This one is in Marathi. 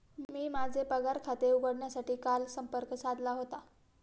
मी माझे पगार खाते उघडण्यासाठी काल संपर्क साधला होता